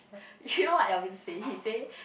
you know what Alvin say he say